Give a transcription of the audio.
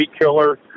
killer